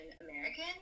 American